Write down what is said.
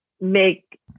make